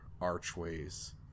archways